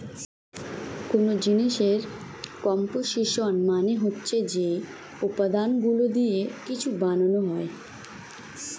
কোন জিনিসের কম্পোসিশন মানে হচ্ছে যে উপাদানগুলো দিয়ে কিছু বানানো হয়